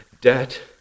debt